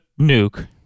nuke